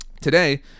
Today